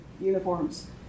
uniforms